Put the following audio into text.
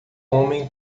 homem